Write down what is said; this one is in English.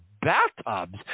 bathtubs